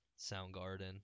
Soundgarden